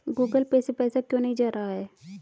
Google Pay से पैसा क्यों नहीं जा रहा है?